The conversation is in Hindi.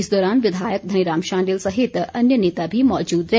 इस दौरान विधायक धनीराम शांडिल सहित अन्य नेता भी मौजूद रहे